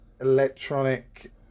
Electronic